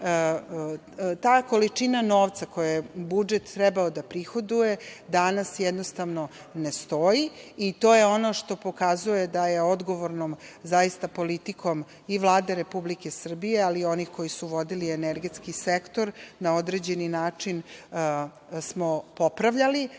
ta količina novca koju je budžet trebalo da prihoduje, danas jednostavno ne stoji i to je ono što pokazuje da je odgovornom politikom i Vlade Republike Srbije, ali i onih koji su vodili energetski sektor na određeni način smo popravljali. Da